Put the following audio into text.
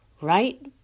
right